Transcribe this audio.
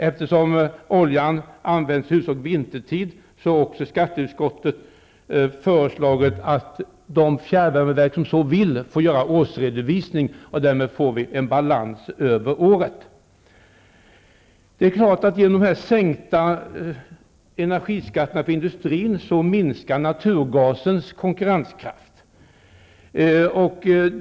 Eftersom oljan användes i huvudsak vintertid, har skatteutskottet föreslagit att de fjärrvärmeverk som så vill, får göra årsredovisning. Därmed får vi en balans över året. Genom de sänkta energiskatterna för industrin minskar naturgasens konkurrenskraft.